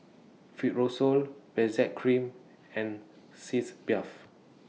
Fibrosol Benzac Cream and Sitz Bath